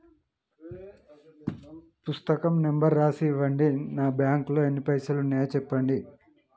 పుస్తకం నెంబరు రాసి ఇవ్వండి? నా బ్యాంకు లో ఎన్ని పైసలు ఉన్నాయో చెప్పండి?